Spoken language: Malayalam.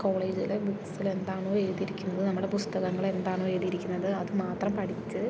കോളേജിലെ ബുക്സിൽ എന്താണോ എഴുതിയിരിക്കുന്നത് നമ്മളെ പുസ്തകങ്ങൾ എന്താണോ എഴുതിയിരിക്കുന്നത് അത് മാത്രം പഠിച്ച്